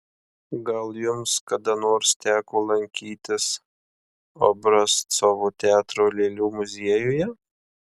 gal jums kada nors teko lankytis obrazcovo teatro lėlių muziejuje